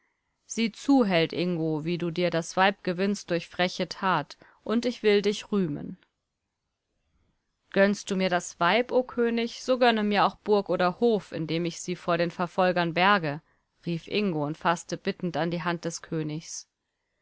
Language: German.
sieh zu held ingo wie du dir das weib gewinnst durch freche tat und ich will dich rühmen gönnst du mir das weib o könig so gönne mir auch burg oder hof in dem ich sie vor den verfolgern berge rief ingo und faßte bittend an die hand des königs